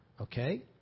okay